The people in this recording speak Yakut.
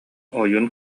ойуун